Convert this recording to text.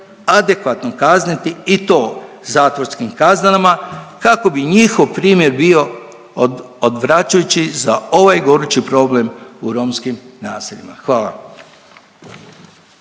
adekvatno kazniti i to zatvorskim kaznama kako bi njihov primjer bio odvraćajući za ovaj gorući problem u romskim naseljima, hvala.